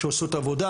שעושות עבודה,